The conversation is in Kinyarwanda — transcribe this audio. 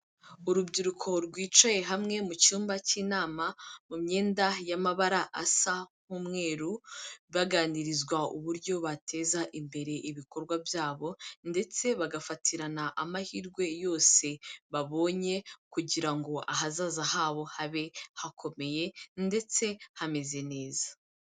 Urubyiruko rwicaye hamwe mu cyumba cy'inama, mu myenda y'amabara asa nk'umweru, baganirizwa uburyo bateza imbere ibikorwa byabo, ndetse bagafatirana amahirwe yose babonye, kugira ngo ahazaza habo habe hakomeye, ndetse hameze neza.